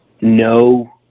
no